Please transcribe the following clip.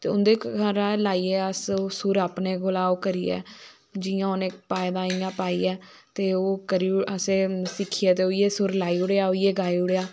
ते उंदे पर लाइये अस सुर अपने कोला लाईयै जियां हून इक पाएदा इयां पाईयै ते ओह् असें सिक्खियै ते अयै सुर लाई उड़ेआ ते गाई उड़ेआ